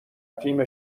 تیم